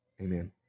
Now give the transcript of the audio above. amen